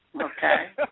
Okay